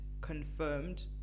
confirmed